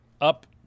up